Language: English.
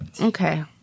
Okay